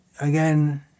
again